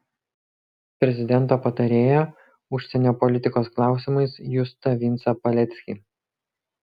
prezidento patarėją užsienio politikos klausimais justą vincą paleckį